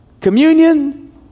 communion